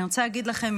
אני רוצה להגיד לכם,